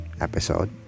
episode